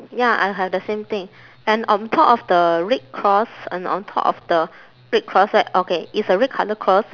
ya I have the same thing and on top of the red cross and on top of the red cross right okay it's a red colour cross